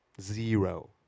Zero